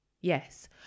Yes